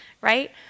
Right